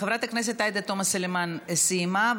חברת הכנסת עאידה תומא סלימאן סיימה,